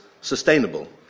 sustainable